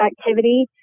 activity